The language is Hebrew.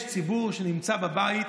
יש ציבור שנמצא בבית,